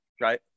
right